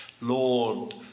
Lord